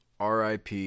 RIP